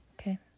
okay